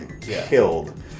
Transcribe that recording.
killed